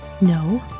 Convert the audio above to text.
No